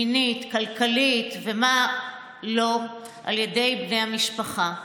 מינית, כלכלית ומה לא על ידי בני המשפחה.